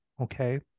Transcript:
okay